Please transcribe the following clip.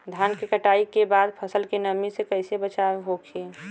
धान के कटाई के बाद फसल के नमी से कइसे बचाव होखि?